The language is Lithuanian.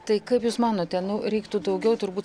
tai kaip jūs manote nu reiktų daugiau turbūt